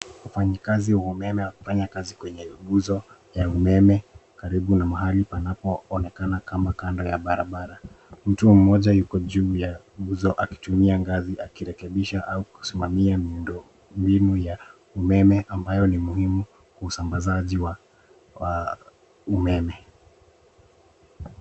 Wafanyi kazi wa umeme wakifanya kazi kwenye nguzo ya umeme karibu na mahali panapo onekana kama kando ya barabara. Mtu mmoja yuko juu ya nguzo akitumia ngazi akirekebisha au kusimamia miundo mbinu ya umeme ambayo ni muhimu kwa usambazaji wa umeme.